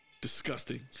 Disgusting